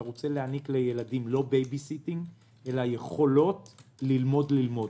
אתה רוצה להעניק לילדים לא בייביסיטינג אלא יכולות ללמוד ללמוד.